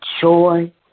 joy